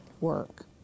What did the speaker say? work